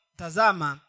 tazama